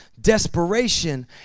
Desperation